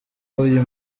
w’uyu